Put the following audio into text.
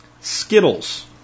Skittles